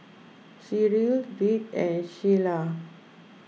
Cyril Reid and Shayla